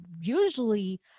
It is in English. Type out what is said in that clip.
usually